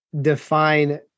define